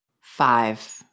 Five